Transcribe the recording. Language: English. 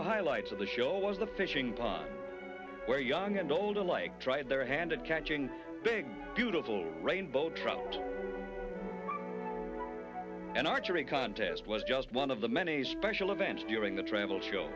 the highlights of the show was the fishing boat where young and old alike try their hand at catching big beautiful rainbow trout and archery contest was just one of the many special events during the travel show